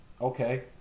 Okay